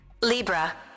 Libra